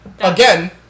Again